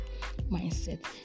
mindset